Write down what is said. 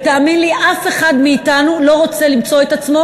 תאמין לי, אף אחד מאתנו לא רוצה למצוא את עצמו